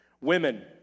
Women